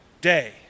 day